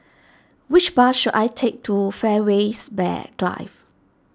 which bus should I take to Fairways Drive